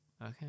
okay